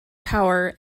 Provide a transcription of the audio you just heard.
power